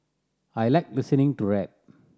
I like listening to rap